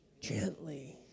gently